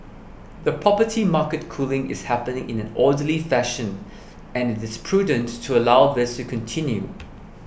the property market cooling is happening in an orderly fashion and it is prudent to allow this to continue